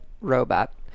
Robot